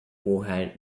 warhead